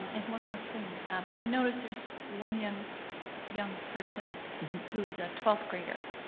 and one more thing. i notice there's one young young person who's a twelfth grader.